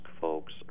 folks